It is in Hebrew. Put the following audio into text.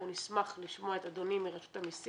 אנחנו נשמח לשמוע את אדוני מרשות המסים.